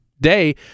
day